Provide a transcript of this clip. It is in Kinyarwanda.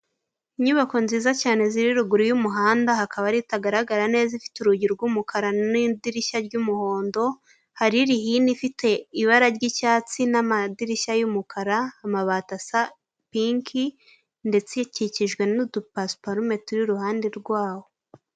Inyubako nziza cyane ziri ruguru y'umuhanda hakaba hari itagaragara neza ifite urugi rw'umukara n'idirishya ry'umuhondo hari n'indi ifite ibara ry'icyatsi n'amadirishya y'umukara amabati asa piki ndetse ikikijwe n'udupasiparume turi iruhande rwaho.